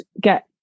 get